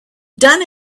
done